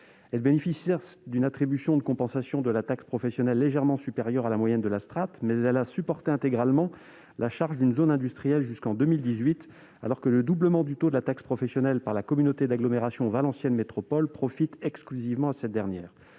Celle-ci bénéficie certes d'une attribution de compensation de la taxe professionnelle légèrement supérieure à la moyenne de la strate, mais elle a supporté intégralement la charge d'une zone industrielle jusqu'en 2018, alors que le doublement du taux de la taxe professionnelle par la communauté d'agglomération Valenciennes Métropole profite exclusivement à cette dernière.